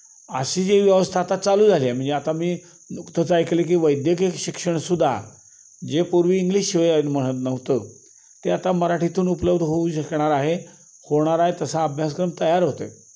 अशी जी व्यवस्था आता चालू झाली आहे म्हणजे आता मी नुकतंच ऐकलं की वैद्यकीय शिक्षणसुद्धा जे पूर्वी इंग्लिश शिवाय म्हणत नव्हतं ते आता मराठीतून उपलब्ध होऊ शकणार आहे होणार आहे तसा अभ्यासक्रम तयार होतो आहे